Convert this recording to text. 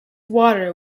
water